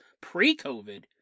pre-COVID